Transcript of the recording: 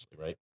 right